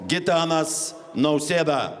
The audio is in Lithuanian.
gitanas nausėda